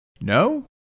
No